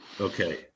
Okay